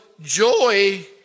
joy